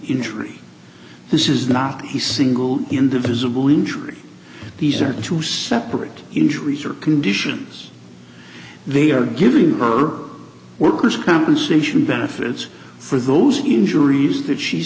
not he single in the visible injury these are two separate injuries or conditions they are giving her workers compensation benefits for those injuries that she